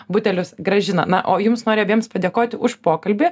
butelius grąžina na o jums nori abiems padėkoti už pokalbį